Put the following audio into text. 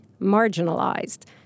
marginalized